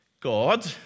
God